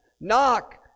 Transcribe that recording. Knock